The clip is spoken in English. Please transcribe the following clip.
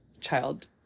child